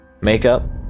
makeup